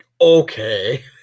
Okay